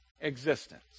existence